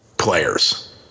Players